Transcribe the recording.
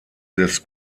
des